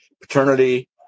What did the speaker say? Paternity